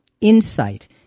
insight